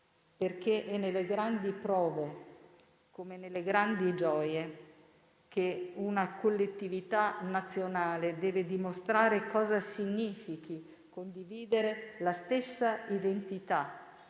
perché è nelle grandi prove, come nelle grandi gioie, che una collettività nazionale deve dimostrare cosa significhi condividere la stessa identità,